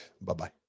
Bye-bye